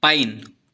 pine